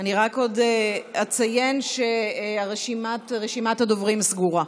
אני רק עוד אציין שרשימת הדוברים סגורה.